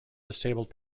disabled